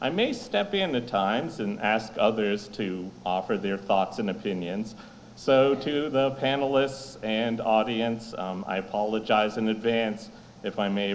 i may step in the times and ask others to offer their thoughts and opinions so to the panelists and audience i apologize in advance if i may